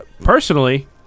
personally